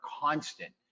constant